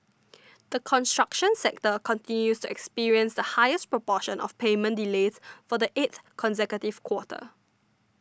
the construction sector continues to experience the highest proportion of payment delays for the eighth consecutive quarter